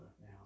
Now